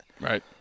Right